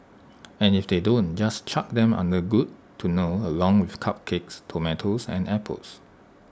and if they don't just chuck them under good to know along with the cupcakes tomatoes and apples